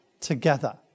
together